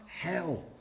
hell